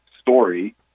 story